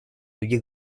других